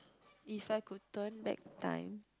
If I could turn back time